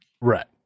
Right